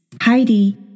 Heidi